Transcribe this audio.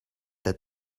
that